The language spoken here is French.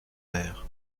mer